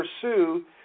pursue